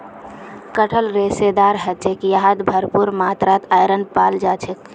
कटहल रेशेदार ह छेक यहात भरपूर मात्रात आयरन पाल जा छेक